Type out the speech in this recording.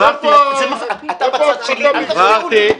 אז איפה ההפחתה בעישון?